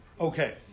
Okay